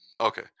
okay